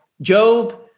Job